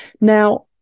Now